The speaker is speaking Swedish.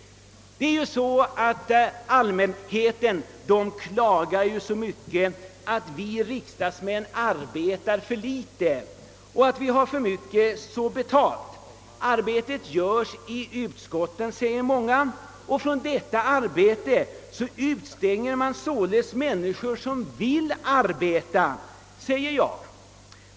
Allmänheten klagar på alt vi riksdagsmän arbetar för litet och att vi har för mycket betalt. Arbetet göres i utskotten, säger många. Från detta ar bete utestänger man således människor som vill arbeta, säger jag.